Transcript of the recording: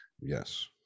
Yes